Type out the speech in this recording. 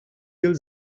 yıl